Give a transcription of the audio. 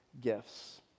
gifts